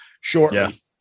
shortly